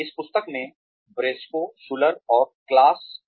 इस पुस्तक में ब्रिस्को शुलर और क्लॉस हैं